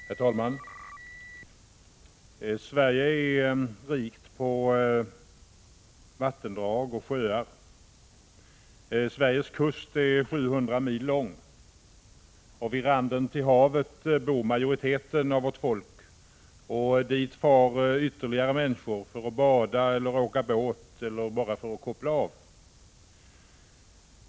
Herr talman! Sverige är rikt på vattendrag och sjöar. Sveriges kust är 700 mil lång, och vid randen av havet bor majoriteten av vårt folk. Dit far också ytterligare många människor för att bada eller åka båt eller bara för att koppla av.